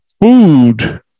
food